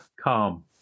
calm